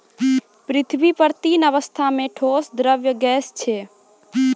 पृथ्वी पर तीन अवस्था म ठोस, द्रव्य, गैस छै